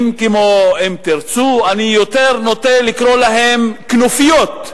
כמו "אם תרצו" אני נוטה יותר לקרוא להם כנופיות,